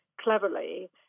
cleverly